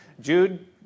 Jude